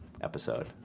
episode